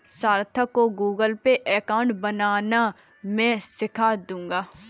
सार्थक को Google Pay account बनाना मैं सीखा दूंगा